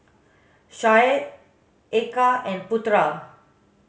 Syed Eka and Putra